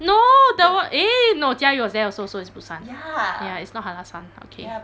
no the wh~ eh no jia yi was there also so it's busan ya it's not hallasan okay